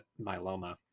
myeloma